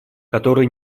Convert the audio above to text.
которые